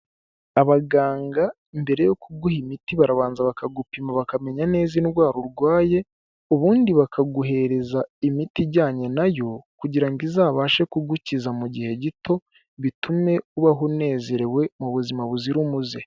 Abaganga mbere yo kuguha imiti barabanza bakagupima bakamenya neza indwara urwaye, ubundi bakaguhereza imiti ijyanye nayo, kugira ngo izabashe kugukiza mu gihe gito bitume ubaho unezerewe mu buzima buzira umuze.